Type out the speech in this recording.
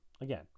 again